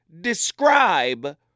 describe